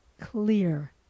clear